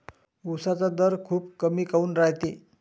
उसाचा दर खूप कमी काऊन रायते?